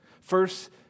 First